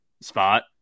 spot